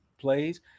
plays